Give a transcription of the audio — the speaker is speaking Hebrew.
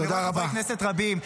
ואני רואה חברי כנסת רבים.